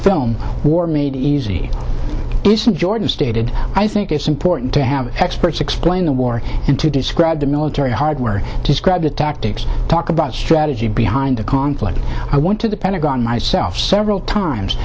film war made easy isn't jordan stated i think it's important to have experts explain the war and to describe the military hardware describe the tactics talk about strategy behind the conflict i want to the pentagon myself several times